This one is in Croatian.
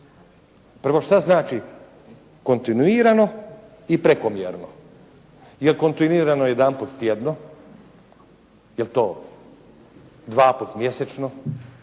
Prvo, što znači kontinuirano i prekomjerno? Jel' kontinuirano jedanput tjedno? Jel' to dva put mjesečno?